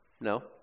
no